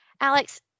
Alex